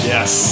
Yes